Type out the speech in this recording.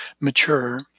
mature